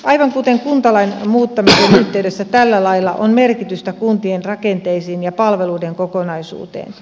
aivan kuten kuntalain muuttamisen yhteydessä tällä lailla on merkitystä kuntien rakenteisiin ja palveluiden kokonaisuuteen